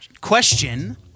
Question